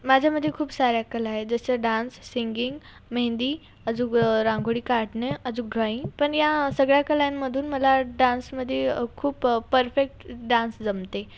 माझ्यामध्ये खूप साऱ्या कला आहेत जसं डान्स सिंगिंग मेहेंदी अजून रांगोळी काढणे अजून ड्रॉईंग पण या सगळ्या कलांमधून मला डान्समध्ये खूप परफेक्ट डान्स जमते